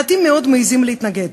מעטים מאוד מעזים להתנגד.